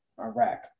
Iraq